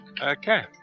Okay